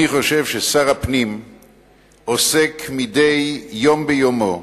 אני חושב ששר הפנים עוסק מדי יום ביומו,